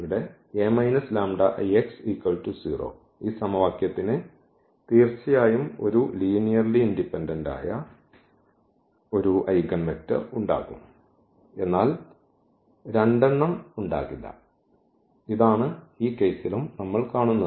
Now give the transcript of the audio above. ഇവിടെ ഈ സമവാക്യത്തിന് തീർച്ചയായും ഒരു ലീനിയർലി ഇൻഡിപെൻഡന്റ് ആയ ഒരു ഐഗൻവെക്റ്റർ ഉണ്ടാകും എന്നാൽ രണ്ടെണ്ണം ഉണ്ടാകില്ല ഇതാണ് ഈ കേസിലും നമ്മൾ കാണുന്നത്